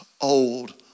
old